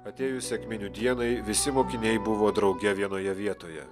atėjus sekminių dienai visi mokiniai buvo drauge vienoje vietoje